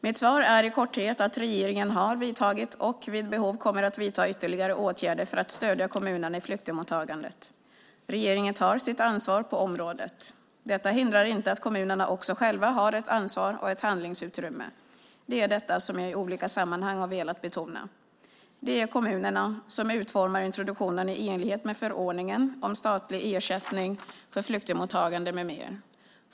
Mitt svar är i korthet att regeringen har vidtagit och vid behov kommer att vidta ytterligare åtgärder för att stödja kommunerna i flyktingmottagandet. Regeringen tar sitt ansvar på området. Detta hindrar inte att kommunerna också själva har ett ansvar och ett handlingsutrymme. Det är detta som jag i olika sammanhang har velat betona. Det är kommunerna som utformar introduktionen i enlighet med förordningen om statlig ersättning för flyktingmottagande m.m.